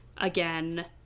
again